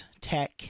Tech